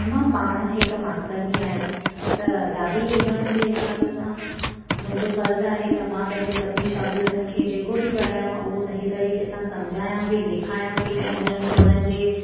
मां पाण हिकु मास्तरनी आहियां त दादी हुजण जे हिसाब सां मुंहिंजो फ़र्ज़ु आहे त मां पंहिंजे सभिनी शागिर्दनि खे जेको बि करायांव हो सही तरीक़े सां सम्झायां बि लिखायां बि ऐं हुननि खे हुननि जी